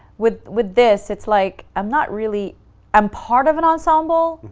with with this, it's like i'm not really i'm part of an ensemble,